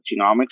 genomics